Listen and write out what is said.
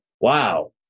wow